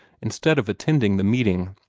instead of attending the meeting.